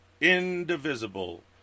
indivisible